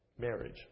marriage